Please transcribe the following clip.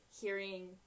hearing